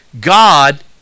God